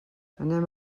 anem